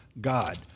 God